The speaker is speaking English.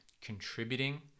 contributing